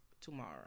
tomorrow